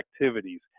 activities